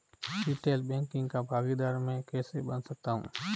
Retail banking का भागीदार मैं कैसे बन सकता हूँ?